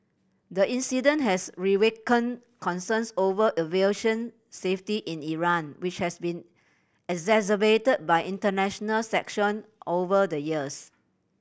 the incident has reawakened concerns over aviation safety in Iran which has been exacerbated by international sanction over the years